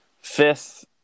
fifth